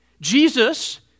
Jesus